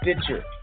Stitcher